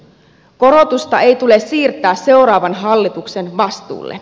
korotusta ei tule siirtää seuraavan hallituksen vastuulle